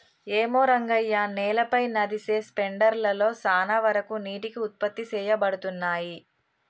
ఏమో రంగయ్య నేలపై నదిసె స్పెండర్ లలో సాన వరకు నీటికి ఉత్పత్తి సేయబడతున్నయి